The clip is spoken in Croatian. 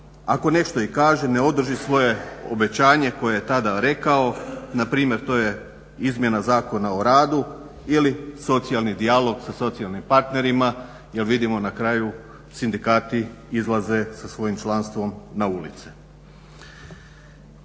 Ako nešto i kaže ne održi svoje obećanje koje je tada rekao. Na primjer to je izmjena Zakona o radu ili socijalni dijalog sa socijalnim partnerima, jer vidimo na kraju sindikati izlaze sa svojim članstvom na ulice.